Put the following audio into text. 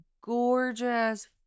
gorgeous